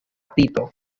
tito